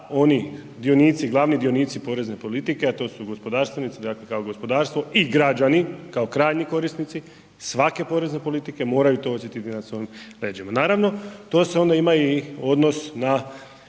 oni dionici, glavni dionici porezne politike, a to su gospodarstvenici, dakle kao gospodarstvo i građani, kao krajnji korisnici, svake porezne politike moraju to osjetiti na svojim leđima. Naravno, to se onda ima odnos na